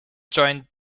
joined